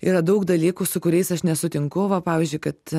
yra daug dalykų su kuriais aš nesutinku va pavyzdžiui kad